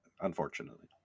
unfortunately